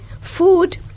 food